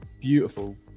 beautiful